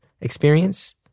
experience